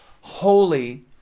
Holy